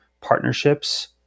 partnerships